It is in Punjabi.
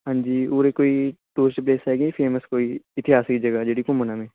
ਹਾਂਜੀ ਉਰੇ ਕੋਈ ਟੂਰਿਸਟ ਪਲੇਸ ਹੈਗੇ ਫੇਮਸ ਕੋਈ ਇਤਿਹਾਸਿਕ ਜਗ੍ਹਾ ਜਿਹੜੀ ਘੁੰਮਣਾਂ ਮੈਂ